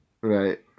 Right